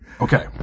Okay